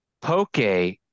poke